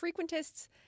frequentists